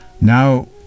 Now